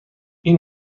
این